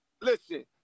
listen